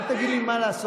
אל תגיד לי מה לעשות.